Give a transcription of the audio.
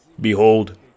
Behold